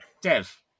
Dev